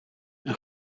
een